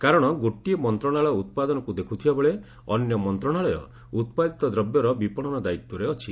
କାରଣ ଗୋଟିଏ ମନ୍ତ୍ରଣାଳୟ ଉତ୍ପାଦନକୁ ଦେଖୁଥିବାବେଳେ ଅନ୍ୟ ମନ୍ତ୍ରଣାଳୟ ଉତ୍ପାଦିତ ଦ୍ରବ୍ୟର ବିପଶନ ଦାୟିତ୍ୱରେ ଅଛି